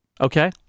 Okay